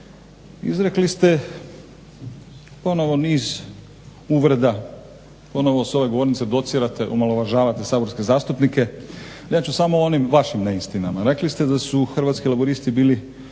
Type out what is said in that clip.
izrekli ste ponovo niz uvreda, ponovo sa ove govornice docirate, omalovažavate saborske zastupnike. Ja ću samo o onim vašim neistinama. Rekli ste da su Hrvatski laburisti bili